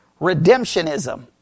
redemptionism